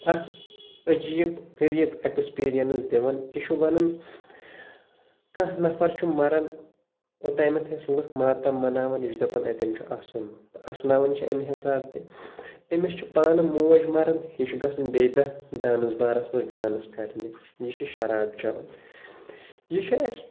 اکھ عجیب غریب ایٚکسپیٖرینٕس دِوان یہِ چھُ وَنان کانٛہہ نفر چھُ مران اوٚتامَتھ ٲسۍ لُکھ ماتم مناوان یہِ چھُ دپان اتیٚن چھُ اسُن تہٕ اسناوان چھِ امہِ حسابہٕ تہِ أمِس چھُ پانہٕ موج مران یہِ چھُ گژھان بییٚہِ دۄہ ڈانس بارس منٛز ڈانس کرنہِ یہِ چھُ شراب چٮ۪وان یہِ چھُ اسہ